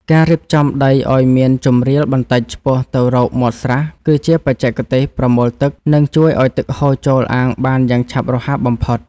ការរៀបចំដីឱ្យមានជម្រាលបន្តិចឆ្ពោះទៅរកមាត់ស្រះ គឺជាបច្ចេកទេសប្រមូលទឹក និងជួយឱ្យទឹកហូរចូលអាងបានយ៉ាងឆាប់រហ័សបំផុត។